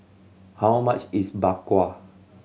how much is Bak Kwa